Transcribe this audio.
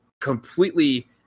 completely